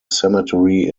cemetery